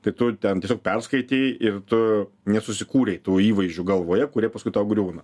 tai tu ten tiesiog perskaitei ir tu nesusikūrei tų įvaizdžių galvoje kurie paskui tau griūna